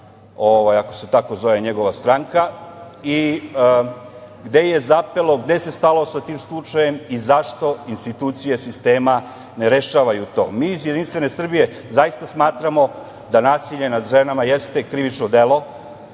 ako se tako zove njegova stranka, i gde se stalo sa tim slučajem i zašto institucije sistema ne rešavaju to? Mi iz Jedinstvene Srbije zaista smatramo da nasilje nad ženama jeste krivično delo